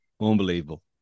Unbelievable